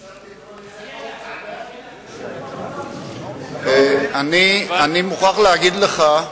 אפשר לקרוא לזה, אני מוכרח להגיד לך,